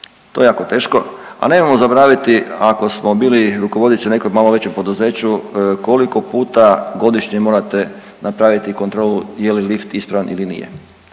To je jako teško, a nemojmo zaboraviti ako smo bili rukovodioci u nekom malo većem poduzeću koliko puta godišnje morate napraviti kontrolu je li lift ispravan ili nije